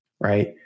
Right